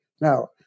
now